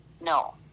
No